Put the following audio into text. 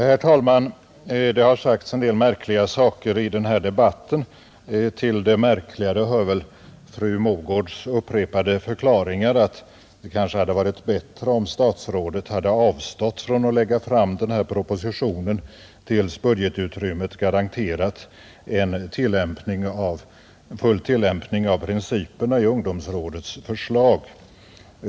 Herr talman! Det har sagts en del märkliga saker i denna debatt, Till de märkligare hör väl fru Mogårds upprepade förklaringar att det kanske hade varit bättre om statsrådet hade avstått från att lägga fram denna proposition tills budgetutrymmet garanterat en full tillämpning av principerna i ungdomsrådets förslag.